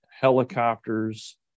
helicopters